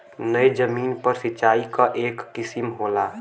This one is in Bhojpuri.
नयी जमीन पर सिंचाई क एक किसिम होला